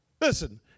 Listen